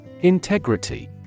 Integrity